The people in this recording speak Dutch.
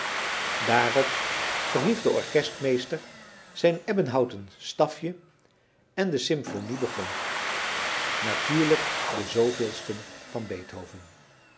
daarop verhief de orkestmeester zijn ebbenhouten stafje en de symphonie begon natuurlijk de zooveelste van beethoven